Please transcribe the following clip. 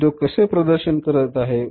उद्योग कसे प्रदर्शन करत आहे